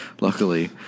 luckily